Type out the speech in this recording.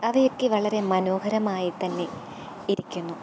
അവയൊക്കെ വളരെ മനോഹരമായി തന്നെ ഇരിക്കുന്നു